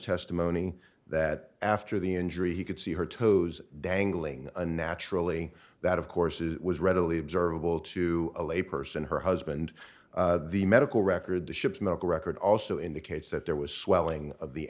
testimony that after the injury he could see her toes dangling unnaturally that of course it was readily observable to a lay person her husband the medical record the ship's medical record also indicates that there was swelling